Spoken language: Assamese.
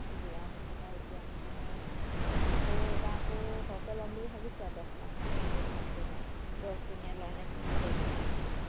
দিয়াৰ পিছত আৰু এতিয়া মানে আকৌ এইবাৰ আকৌ সৰহকৈ ল'ম বুলি ভাবিছোঁ আৰু দছ লাখমান সবে ভাগ কৰিম আৰু দছজনীয়ে লয়নে কিমান কেইজনীয়ে লয়